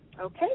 Okay